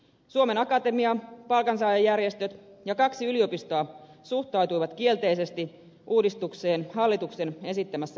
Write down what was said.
suomen akatemia palkansaajajärjestöt ja kaksi yliopistoa suhtautuivat kielteisesti uudistukseen hallituksen esittämässä muodossa